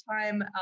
time